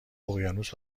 اقیانوس